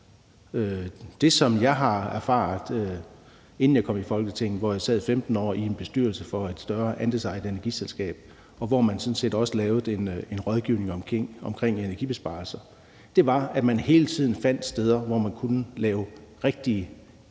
det er korrekt. Inden jeg kom i Folketinget, sad jeg 15 år i en bestyrelse for et større andelsejet energiselskab, hvor man sådan set også lavede rådgivning om energibesparelser, og det, som jeg erfarede, var, at man hele tiden fandt steder, hvor man kunne lave rigtige, effektfulde